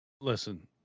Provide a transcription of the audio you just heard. Listen